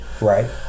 Right